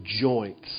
joints